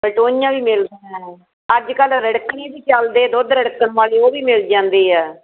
ਬਲਟੋਹੀਆਂ ਵੀ ਮਿਲਦੀਆਂ ਅੱਜ ਕੱਲ੍ਹ ਰਿੜਕਣੀ ਵੀ ਚਲਦੇ ਦੁੱਧ ਰਿੜਕਣ ਵਾਲੀ ਉਹ ਵੀ ਮਿਲ ਜਾਂਦੀ ਹੈ